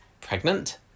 pregnant